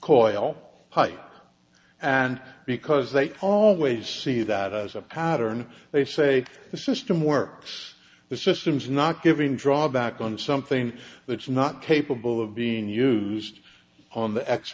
coil pipe and because they all ways see that as a pattern they say the system works the system is not giving drawback on something that's not capable of being used on the